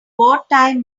wartime